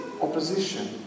opposition